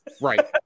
right